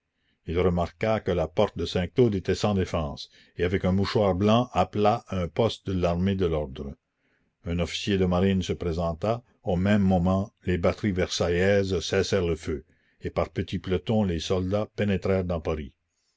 il remarqua que la porte de saint-cloud était sans défense et avec un mouchoir blanc appela un poste de l'armée de l'ordre un officier de marine se présenta au même moment les batteries versaillaises cessèrent le feu et par petits pelotons les soldats pénétrèrent dans paris